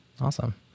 Awesome